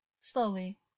Slowly